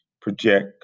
project